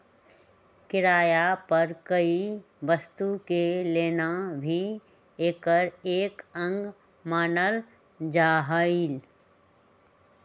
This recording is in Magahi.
किराया पर कोई वस्तु के लेना भी एकर एक अंग मानल जाहई